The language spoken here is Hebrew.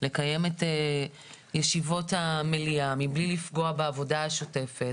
לקיים את ישיבות המליאה מבלי לפגוע בעבודה השוטפת.